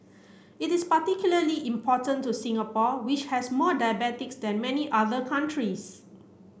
it is particularly important to Singapore which has more diabetics than many other countries